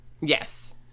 Yes